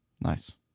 nice